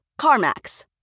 CarMax